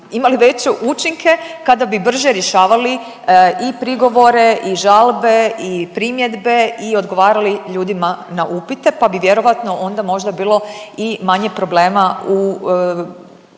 imali veće učinke kada bi brže rješavali i prigovore i žalbe i primjedbe i odgovarali ljudima na upite, pa bi vjerojatno onda možda bilo i manje problema u